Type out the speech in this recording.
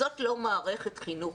זאת לא מערכת חינוך.